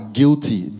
guilty